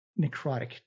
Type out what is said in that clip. necrotic